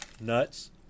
Nuts